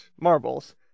marbles